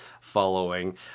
following